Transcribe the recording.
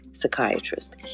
psychiatrist